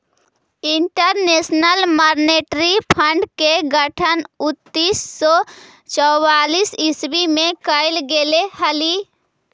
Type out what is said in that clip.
international monetary fund के गठन उन्नीस सौ चौवालीस ईस्वी में कैल गेले हलइ